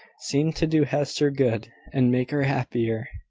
seemed to do hester good, and make her happier.